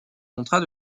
contrat